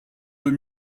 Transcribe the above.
deux